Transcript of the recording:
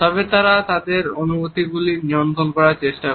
তবে তারা তাদের অনুভূতিগুলি নিয়ন্ত্রণ করার চেষ্টা করে